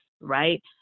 right